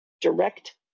direct